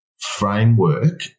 framework